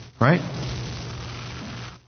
right